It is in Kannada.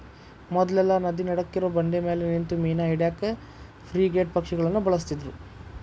ಮೊದ್ಲೆಲ್ಲಾ ನದಿ ನಡಕ್ಕಿರೋ ಬಂಡಿಮ್ಯಾಲೆ ನಿಂತು ಮೇನಾ ಹಿಡ್ಯಾಕ ಫ್ರಿಗೇಟ್ ಪಕ್ಷಿಗಳನ್ನ ಬಳಸ್ತಿದ್ರು